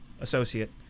associate